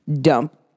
dump